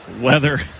Weather